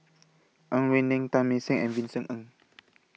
Ang Wei Neng Teng Mah Seng and Vincent Ng